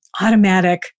automatic